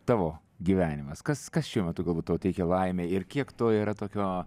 tavo gyvenimas kas kas šiuo metu galbūt tau teikia laimę ir kiek to yra tokio